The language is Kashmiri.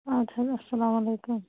اَدٕ حظ اسلام وعلیکُم